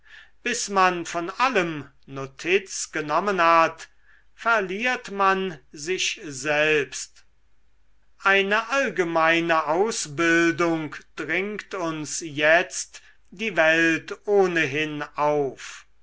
bis man von allem notiz genommen hat verliert man sich selbst eine allgemeine ausbildung dringt uns jetzt die welt ohnehin auf